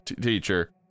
Teacher